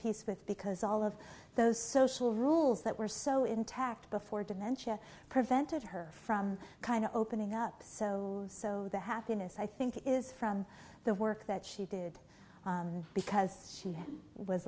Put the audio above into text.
peace with because all of those social rules that were so intact before dementia prevented her from kind of opening up so the happiness i think is from the work that she did because she was